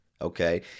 okay